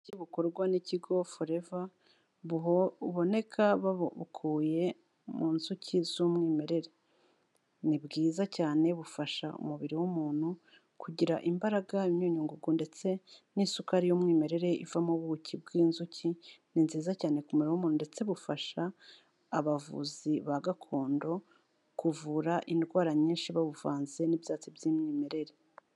Ubuki bukorwa n'ikigo Forever, buboneka babukuye mu nzuki z'umwimerere, ni bwiza cyane bufasha umubiri w'umuntu kugira imbaraga, imyunyungugu, ndetse n'isukari y'umwimerere iva mu buki bw'inzuki, ni nziza cyane ku mubiri w'umuntu ndetse bufasha abavuzi ba gakondo kuvura indwara nyinshi babuvanze n'ibyatsi by'umwimerere.